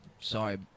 Sorry